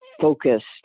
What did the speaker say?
focused